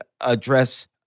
address